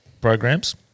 programs